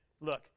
look